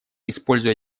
используя